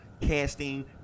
casting